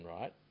right